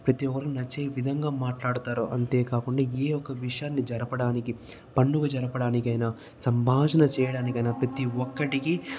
ప్రతి ఒక్కరూ నచ్చే విధంగా మాట్లాడుతారు అంతే కాకుండా ఏ ఒక్క విషయాన్ని జరపడానికి పండుగ జరపడానికైనా సంభాషణ చేయడానికైనా ప్రతీ ఒక్కరికి